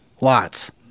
Lots